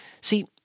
See